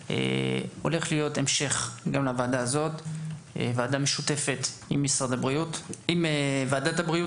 הולך להיות המשך גם לוועדה הזו בוועדה משותפת עם ועדת הבריאות.